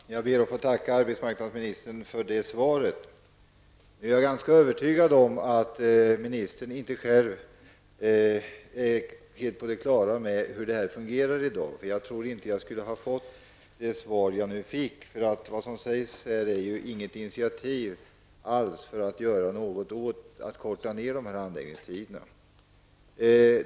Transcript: Herr talman! Jag ber att få tacka arbetsmarknadsministern för svaret. Jag är ganska övertygad om att ministern inte själv är helt på det klara med hur detta i dag fungerar. Jag tror nämligen inte att jag i så fall skulle ha fått det svar jag nu fick. I svaret redovisas ju inte något initiativ i syfte att korta ned handläggningstiderna.